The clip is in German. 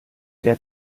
der